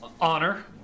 Honor